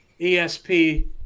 ESP